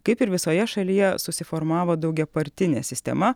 kaip ir visoje šalyje susiformavo daugiapartinė sistema